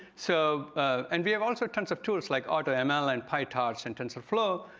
so and we have also tons of tools like automl, and pytorch, and tensorflow.